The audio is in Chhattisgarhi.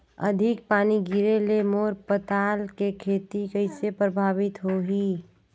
अधिक पानी गिरे ले मोर पताल के खेती कइसे प्रभावित होही?